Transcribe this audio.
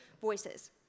voices